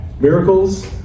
Miracles